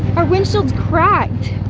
our windshield's cracked.